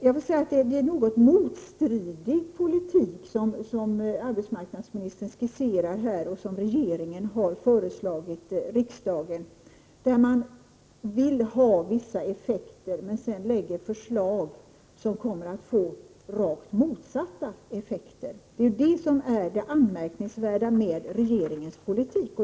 Jag skall säga att det är en något motstridig politik som arbetsmarknadsministern skisserar här och som regeringen har föreslagit riksdagen, där man vill ha vissa effekter men sedan lägger fram förslag som kommer att få rakt motsatta följder. Det är det som är det anmärkningsvärda med regeringens politik.